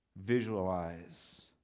visualize